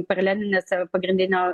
paralelinėse pagrindinio